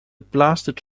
blasted